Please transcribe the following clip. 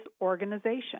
organization